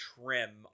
trim